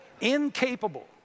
incapable